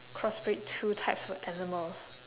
cross breed two types of animals